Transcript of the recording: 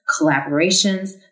collaborations